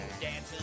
Dancing